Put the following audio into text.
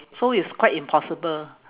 so it's quite impossible